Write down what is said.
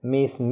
Miss